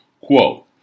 Quote